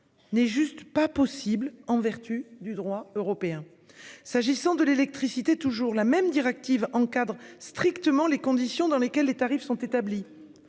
N'est juste pas possible en vertu du droit européen. S'agissant de l'électricité, toujours la même directive encadre strictement les conditions dans lesquelles les tarifs sont établis.